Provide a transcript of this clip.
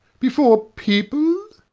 before people?